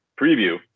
preview